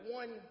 one